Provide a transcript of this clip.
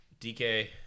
DK